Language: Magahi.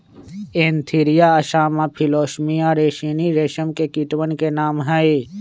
एन्थीरिया असामा फिलोसामिया रिसिनी रेशम के कीटवन के नाम हई